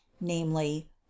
namely